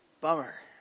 Bummer